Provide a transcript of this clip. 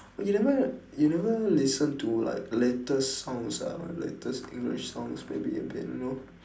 you never you never listen to like latest songs ah latest english songs maybe a bit you know